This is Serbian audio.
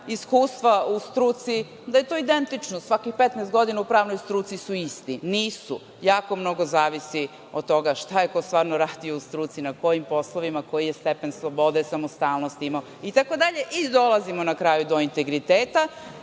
iskustva u struci, da je to identično. Svakih 15 godina u pravnoj struci su isti. Nisu. Jako mnogo zavisi od toga šta je ko stvarno radio u struci, na kojim poslovima, koji stepen slobode, samostalnosti, imao, itd. Dolazimo na kraju do integriteta.